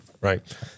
right